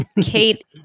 Kate